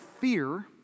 fear